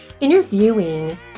interviewing